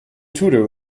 tutor